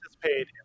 participate